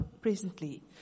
presently